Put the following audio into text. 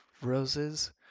roses